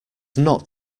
not